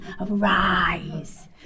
arise